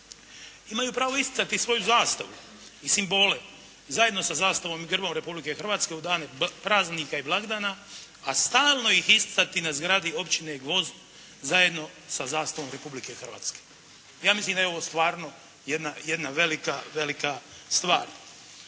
Imaju pravo isticati svoju zastavu i simbole zajedno sa zastavom i grbom Republike Hrvatske u dane praznika i blagdana, a stalno ih isticati na zgradi općine Gvozd zajedno sa zastavom Republike Hrvatske. Ja mislim da je ovo stvarno jedna velika stvar.